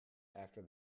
after